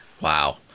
Wow